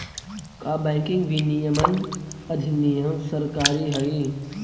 का बैंकिंग विनियमन अधिनियम सरकारी हई?